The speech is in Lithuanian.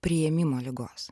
priėmimo ligos